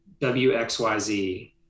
WXYZ